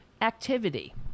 Activity